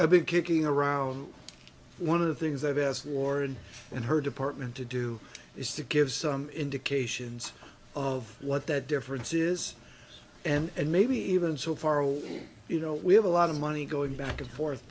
big kicking around one of the things i've asked warren and her department to do is to give some indications of what that difference is and maybe even so far away you know we have a lot of money going back and forth